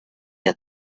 you